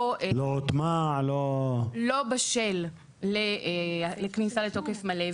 --- לא הוטמע או לא --- לא בשל לכניסה לתוקף מלא,